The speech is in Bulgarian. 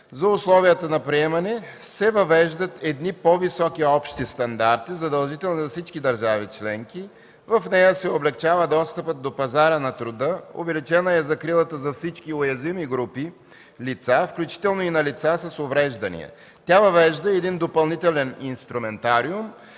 за условията на приемане се въвеждат по-високи всеобщи стандарти, задължителни за всички държави членки. В нея се облекчава достъпът до пазара на труда, увеличена е закрилата за всички уязвими групи лица, включително и на лица с увреждания. Тя въвежда допълнителен инструментариум